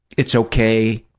it's okay,